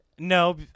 No